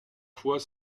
fois